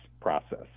process